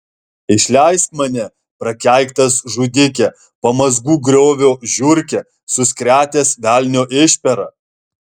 išleisk mane prakeiktas žudike pamazgų griovio žiurke suskretęs velnio išpera